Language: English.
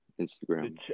Instagram